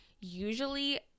Usually